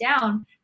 down